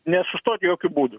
nesustot jokiu būdu